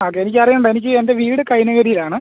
okay എനിക്കറിയേണ്ട എനിക്ക് എൻ്റെ വീട് കൈനഗരീലാണ്